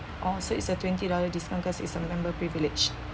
oh so is a twenty dollar discount because is a member privilege